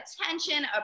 attention